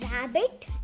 rabbit